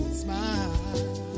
smile